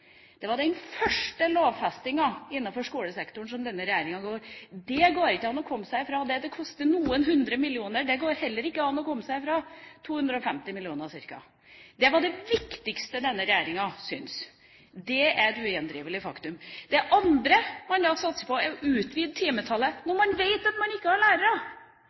det lovfester vi! Det var den første lovfestinga innenfor skolesektoren til denne regjeringa. Det går det ikke an å komme fra. Det at det koster noen hundre millioner kroner, går det heller ikke an å komme fra – ca. 250 mill. kr. Det var det denne regjeringa syntes var viktigst. Det er et ugjendrivelig faktum. Det andre man satser på, er å utvide timetallet – når man vet at man ikke har lærere!